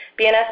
BNS